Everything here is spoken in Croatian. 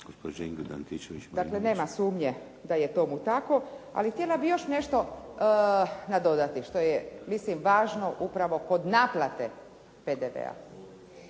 Marinović, Ingrid (SDP)** Dakle, nema sumnje da je tomu tako ali htjela bih još nešto nadodati što je mislim važno upravo kod naplate PDV-a.